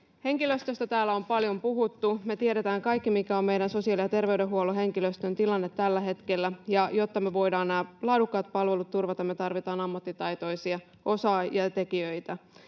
Henkilöstöstä täällä on paljon puhuttu. Me tiedetään kaikki, mikä on meidän sosiaali- ja terveydenhuollon henkilöstön tilanne tällä hetkellä, ja jotta me voidaan nämä laadukkaat palvelut turvata, me tarvitaan ammattitaitoisia tekijöitä.